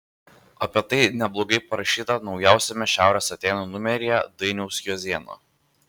apie tai neblogai parašyta naujausiame šiaurės atėnų numeryje dainiaus juozėno